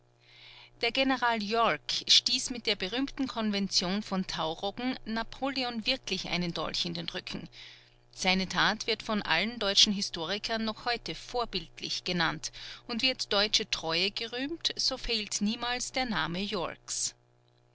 der general yorck stieß mit der berühmten konvention von tauroggen napoleon wirklich einen dolch in den rücken seine tat wird von allen deutschen historikern noch heute vorbildlich genannt und wird deutsche treue gerühmt so fehlt niemals der name